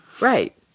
Right